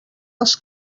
els